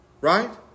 Right